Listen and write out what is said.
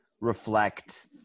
reflect